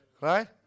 Right